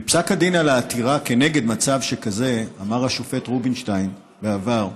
בפסק הדין על העתירה כנגד מצב שכזה אמר השופט רובינשטיין בעבר: